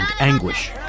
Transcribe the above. anguish